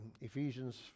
Ephesians